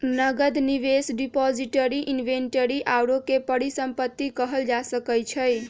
नकद, निवेश, depository, inventory आउरो के परिसंपत्ति कहल जा सकइ छइ